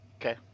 Okay